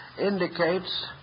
indicates